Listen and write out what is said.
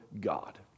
God